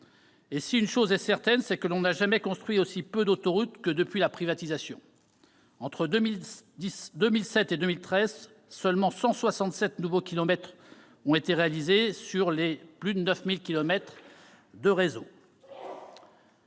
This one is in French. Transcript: Ce qui est certain, c'est que l'on n'a jamais construit aussi peu d'autoroutes que depuis la privatisation. Entre 2007 et 2013, seulement 167 nouveaux kilomètres ont été réalisés, alors que le réseau